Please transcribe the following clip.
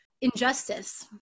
injustice